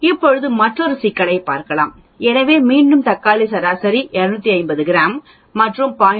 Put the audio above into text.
இப்போது மற்றொரு சிக்கலைப் பார்ப்போம் எனவே மீண்டும் தக்காளி சராசரி 250 கிராம் மற்றும் 0